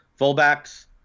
fullbacks—